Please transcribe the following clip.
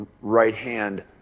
right-hand